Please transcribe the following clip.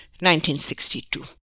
1962